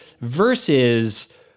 versus